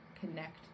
connect